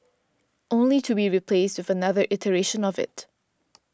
only to be replaced with another iteration of it